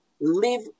live